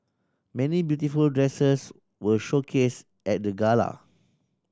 many beautiful dresses were showcased at the gala